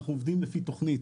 אנחנו עובדים לפי תוכנית